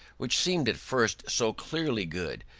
which seemed at first so clearly good,